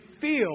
feel